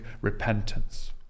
repentance